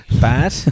bad